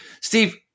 Steve